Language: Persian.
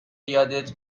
یادت